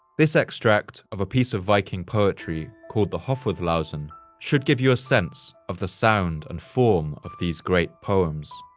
this extract of a piece of viking poetry called the hofudlausen should give you a sense of the sound and form of these great poems.